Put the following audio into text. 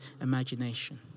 imagination